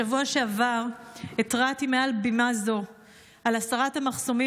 בשבוע שעבר התרעתי מעל בימה זו על הסרת המחסומים